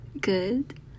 Good